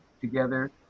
together